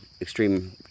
extreme